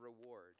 reward